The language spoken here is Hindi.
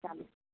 चालीस